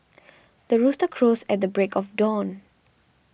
the rooster crows at the break of dawn